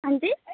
अंजी